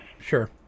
Sure